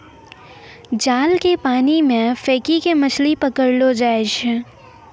जाल के पानी मे फेकी के मछली पकड़लो जाय छै